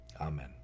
Amen